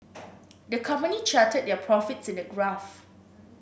the company charted their profits in a graph